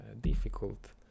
difficult